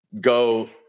go